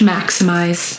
Maximize